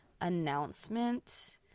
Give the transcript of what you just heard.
announcement